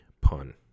pun